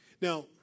Now